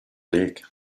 lake